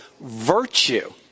virtue